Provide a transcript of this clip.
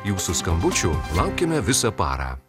jūsų skambučių laukiame visą parą